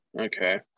Okay